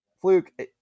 fluke